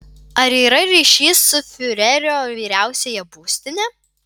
ar yra ryšys su fiurerio vyriausiąja būstine